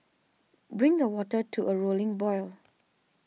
bring the water to a rolling boil